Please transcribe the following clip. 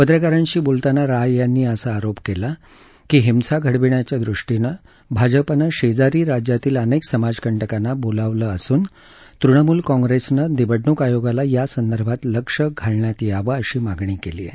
पत्रकारांशी बोलताना राय यांनी असा आरोप केली की हिंसा घडविण्याच्या दृष्टीने भाजपने शेजारी राज्यातील अनेक समाजकंटकांना बोलवलं असून तृणमूल काँग्रेसने निवडणूक आयोगाला यासंदर्भात लक्ष देण्यात यावे अशी मागणी केली आहे